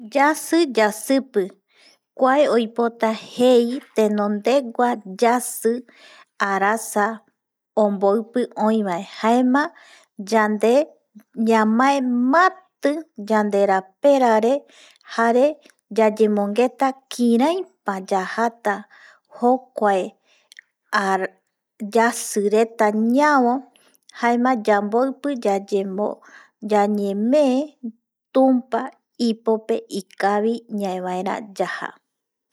Yasɨ yasɨpɨ kua oipota jei tenondegua yasi arasa onboipi oibae jaema yande ñamae mati yanderapera re jare yayemongueta kiraipa yajata jokuae yasi reta ñabo jaema yanboipi yayeme tumpa ipope ikavi ñae vaera yaja